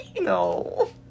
No